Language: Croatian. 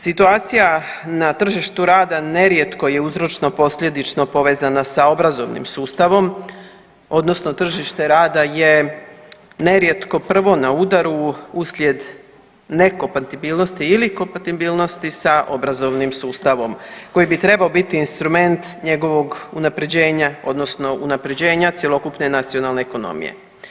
Situacija na tržištu rada nerijetko je uzročno posljedično povezana sa obrazovnim sustavom, odnosno tržište rada je nerijetko prvo na udaru uslijed nekompatibilnosti ili kompatibilnosti sa obrazovnim sustavom, koji bi trebao biti instrument njegovog unaprjeđenja odnosno unaprjeđenja cjelokupne nacionalne ekonomije.